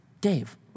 Dave